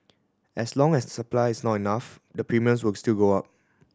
as long as supply is not enough the premiums will still go up